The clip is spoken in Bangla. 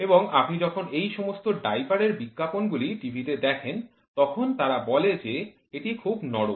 এবং আপনি যখন এই সমস্ত ডাইপার এর বিজ্ঞাপনগুলি টিভিতে দেখেন তখন তারা বলে যে এটি খুব নরম